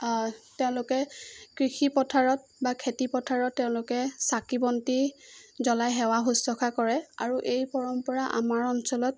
তেওঁলোকে কৃষিপথাৰত বা খেতিপথাৰত তেওঁলোকে চাকি বন্তি জ্বলাই সেৱা শুশ্ৰূষা কৰে আৰু এই পৰম্পৰা আমাৰ অঞ্চলত